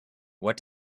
what